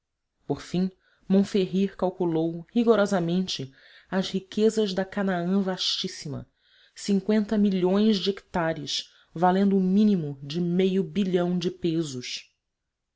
por fim montferrir calculou rigorosamente as riquezas da canaã vastíssima de hectares valendo o mínimo de meio bilhão de pesos